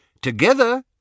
Together